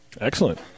Excellent